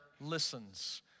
listens